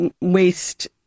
waste